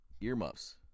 Earmuffs